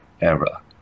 era